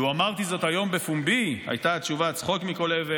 אילו אמרתי זאת היום בקול, היו הכול צוחקים לי.